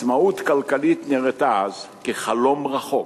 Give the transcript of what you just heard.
עצמאות כלכלית נראתה אז כחלום רחוק,